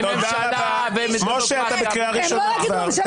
זה מה שכתוב כאן.